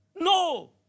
No